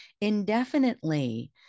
indefinitely